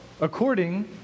according